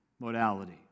modality